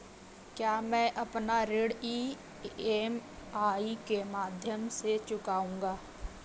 क्या मैं अपना ऋण ई.एम.आई के माध्यम से चुकाऊंगा?